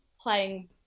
playing